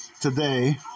today